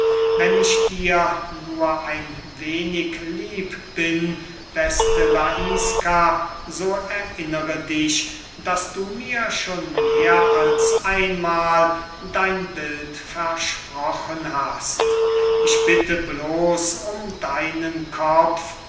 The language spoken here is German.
wenn ich dir nur ein wenig lieb bin beste laiska so erinnere dich daß du mir schon mehr als einmahl dein bild versprochen hast ich bitte bloß um deinen kopf